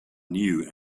new